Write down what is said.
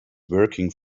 working